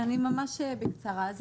ממש בקצרה.